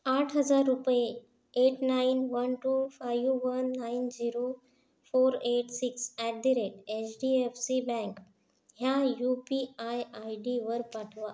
आठ हजार रुपये eight nine one two five one nine zero four eight six at the rate H D F C bank ह्या U P I I डीवर पाठवा